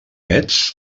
metz